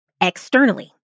externally